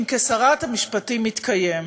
המשפטים, כשרת המשפטים, מתקיים.